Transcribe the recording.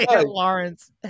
Lawrence